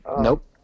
Nope